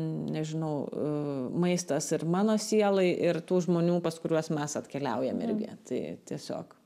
nežinau maistas ir mano sielai ir tų žmonių pas kuriuos mes atkeliaujam irgi tai tiesiog